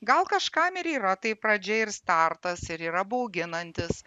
gal kažkam ir yra tai pradžia ir startas ir yra bauginantis